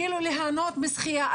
ליהנות משחייה.